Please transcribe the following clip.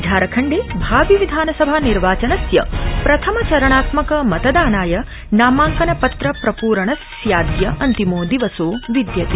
झारखण्डे भावि विधानसभा निर्वाचनस्य प्रथम चरणात्मक मतदानाय नामांकन पत्र प्रपूरणस्यादय अन्तिमो दिवसो विदयते